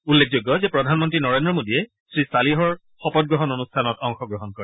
উল্লেখযোগ্য যে প্ৰধানমন্ত্ৰী নৰেন্দ্ৰ মোদীয়ে শ্ৰী ছালিহৰ শপতগ্ৰহণ অনুষ্ঠানত অংশগ্ৰহণ কৰে